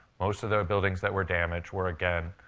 most of the buildings that were damaged were, again,